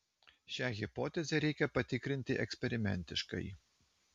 šią hipotezę reikia patikrinti eksperimentiškai